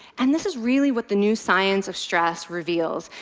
and this is really what the new science of stress reveals,